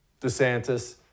DeSantis